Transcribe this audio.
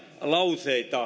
lauseita